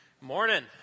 morning